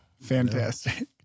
Fantastic